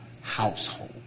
household